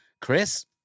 Chris